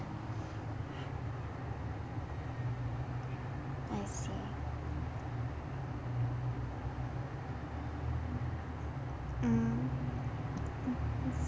mm